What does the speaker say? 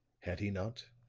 had he not?